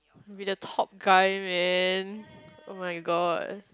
be the top guy man oh-my-God